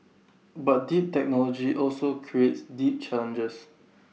but deep technology also creates deep challenges